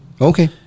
Okay